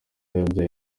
yabyaye